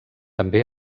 també